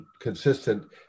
consistent